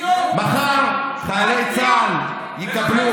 ואם אני הולך להתגייס,